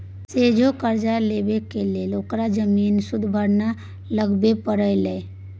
सोझे करजा लेबाक लेल ओकरा जमीन सुदभरना लगबे परलै